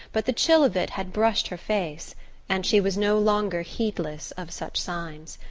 but the chill of it had brushed her face and she was no longer heedless of such signs.